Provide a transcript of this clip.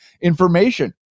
information